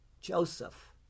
Joseph